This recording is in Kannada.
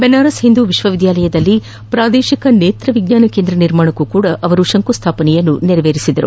ಬನಾರಸ್ ಹಿಂದೂ ವಿಶ್ವವಿದ್ಯಾಲಯದಲ್ಲಿ ಪ್ರಾದೇಶಿಕ ನೇತ್ರ ವಿಜ್ಞಾನ ಕೇಂದ್ರ ನಿರ್ಮಾಣಕ್ಕೂ ಅವರು ಶಂಕುಸ್ಥಾಪನೆ ನೆರವೇರಿಸಿದರು